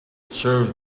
serve